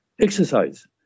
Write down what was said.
exercise